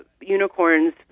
unicorns